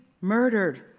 murdered